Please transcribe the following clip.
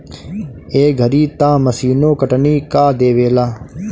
ए घरी तअ मशीनो कटनी कअ देवेला